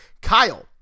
Kyle